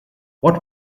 what